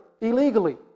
illegally